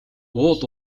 уул